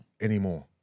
anymore